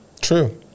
True